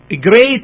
great